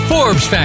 Forbes